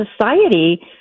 society